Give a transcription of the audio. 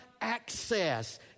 access